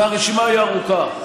והרשימה היא ארוכה.